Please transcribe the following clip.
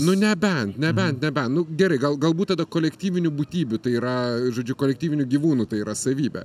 nu nebent nebent nebent nu gerai gal galbūt tada kolektyvinių būtybių tai yra žodžiu kolektyvinių gyvūnų tai yra savybė